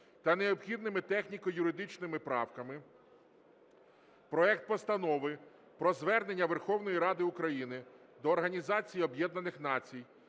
та необхідними техніко-юридичними правками проект Постанови про Звернення Верховної Ради України до Організації Об'єднаних Націй,